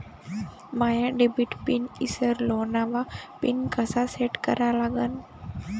माया debit pin ईसरलो, नवा pin कसा सेट करा लागन?